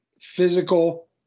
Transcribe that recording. physical